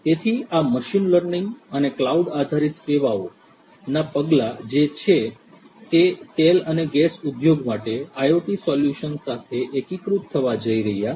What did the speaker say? તેથી આ machine learning અને ક્લાઉડ આધારિત સેવાઓ નાં પગલાં છે જે તેલ અને ગેસ ઉદ્યોગ માટે IoT સોલ્યુશન્સ સાથે એકીકૃત થવા જઈ રહ્યા છે